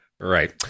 Right